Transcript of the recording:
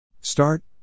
Start